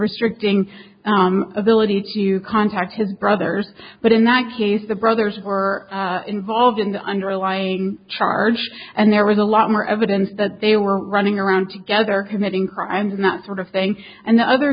restricting ability to contact his brothers but in that case the brothers were involved in the underlying charge and there was a lot more evidence that they were running around together committing crimes not sort of thing and the other